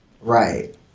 Right